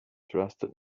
trusted